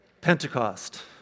Pentecost